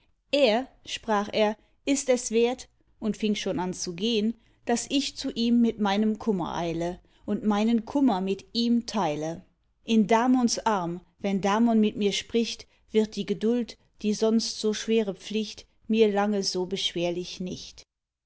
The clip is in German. er sprach er ist es wert und fing schon an zu gehn daß ich zu ihm mit meinem kummer eile und meinen kummer mit ihm teile in damons arm wenn damon mit mir spricht wird die geduld die sonst so schwere pflicht mir lange so beschwerlich nicht